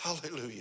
Hallelujah